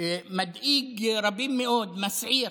מדאיג רבים מאוד, מסעיר.